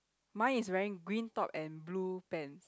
mine is wearing green top and blue pants